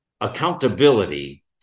Accountability